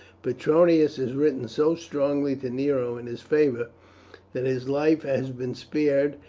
petronius has written so strongly to nero in his favour that his life has been spared,